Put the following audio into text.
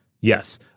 Yes